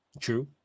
true